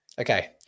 Okay